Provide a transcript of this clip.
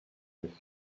with